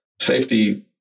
safety